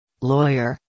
Lawyer